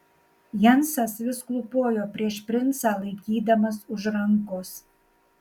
jensas vis klūpojo prieš princą laikydamas už rankos